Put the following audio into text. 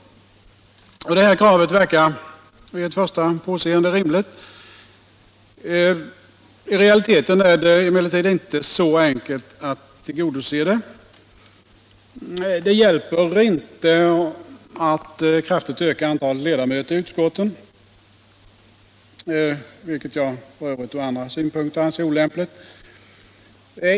Det här kravet verkar vid första påseendet rimligt. I realiteten är det emellertid inte så enkelt att tillgodose det. Det hjälper inte att kraftigt öka antalet ledamöter i utskotten, vilket jag för övrigt ur andra synpunkter anser är olämpligt.